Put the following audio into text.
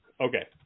Okay